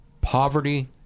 Poverty